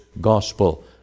gospel